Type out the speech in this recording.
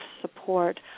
support